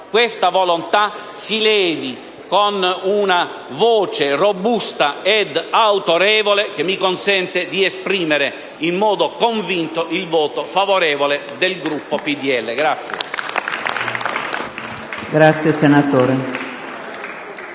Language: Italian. questa volontà si levi con una voce robusta e autorevole che mi consente di dichiarare in modo convinto il voto favorevole del Gruppo PdL.